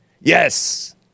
Yes